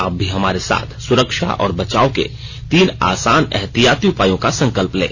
आप भी हमारे साथ सुरक्षा और बचाव के तीन आसान एहतियाती उपायों का संकल्प लें